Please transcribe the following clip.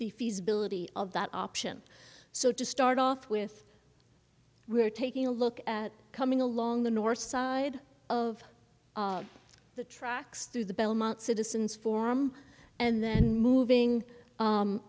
the feasibility of that option so to start off with we're taking a look at coming along the north side of the tracks through the belmont citizens form and then moving